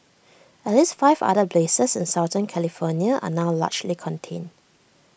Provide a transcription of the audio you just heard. at least five other blazes in southern California are now largely contained